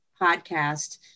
podcast